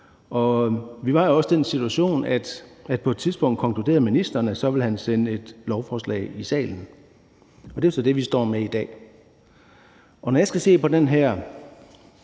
Vi var jo også i den situation, at på et tidspunkt konkluderede ministeren, at han ville sende et lovforslag i salen. Og det er så det, vi står med i dag. Når jeg ser på den her